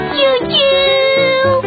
Choo-choo